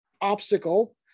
obstacle